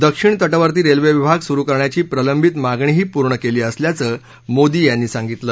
दक्षिण तटवर्ती रेल्वे विभाग सुरु करण्याची प्रलंबित मागणीही पूर्ण केली असल्याचं मोदी यांनी सांगितलं